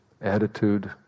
attitude